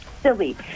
silly